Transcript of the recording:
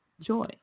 joy